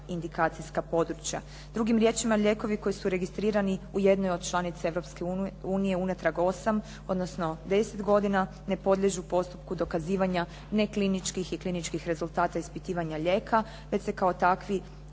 indikacijska područja. Drugim riječima, lijekovi koji su registrirani u jednoj od članica Europske unije unatrag 8 odnosno 10 godina ne podliježu postupku dokazivanja nekliničkih i kliničkih rezultata ispitivanja lijeka, već se kao takvi